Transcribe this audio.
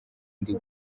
ndi